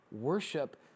worship